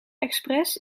express